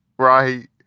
Right